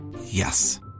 Yes